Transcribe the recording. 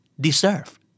Deserve